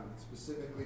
specifically